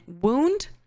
wound